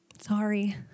Sorry